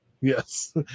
yes